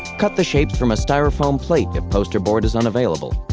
cut the shapes from a styrofoam plate if poster board is unavailable.